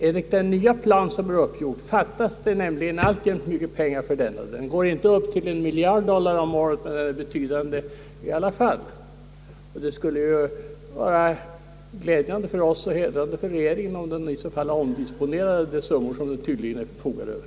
Enligt den nya plan som är uppgjord fattas det alltjämt mycket pengar till denna hjälp. Den går inte upp till en miljard dollar om året, men den är betydande i alla fall. Det skulle vara glädjande för oss och hedrande för regeringen, om den omdisponerade de summor som den tyvdligen förfogar över.